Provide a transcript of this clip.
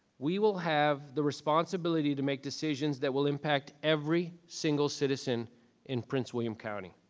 we will have the responsibility to make decisions that will impact every single citizen in prince william county.